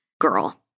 girl